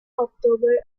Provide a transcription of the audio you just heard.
october